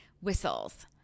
whistles